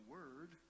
Word